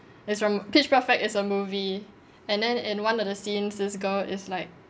it's from pitch perfect is a movie and then in one of the scenes this girl is like